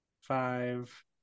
Five